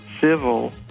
civil